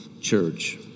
church